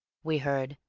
we heard,